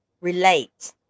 relate